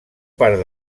part